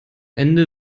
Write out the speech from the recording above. ende